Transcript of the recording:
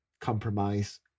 compromise